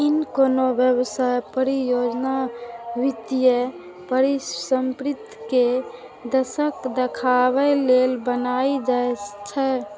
ई कोनो व्यवसाय, परियोजना, वित्तीय परिसंपत्ति के प्रदर्शन देखाबे लेल बनाएल जाइ छै